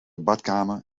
badkamer